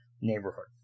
neighborhood